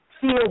feel